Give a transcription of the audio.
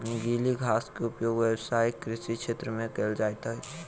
गीली घास के उपयोग व्यावसायिक कृषि क्षेत्र में कयल जाइत अछि